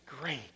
great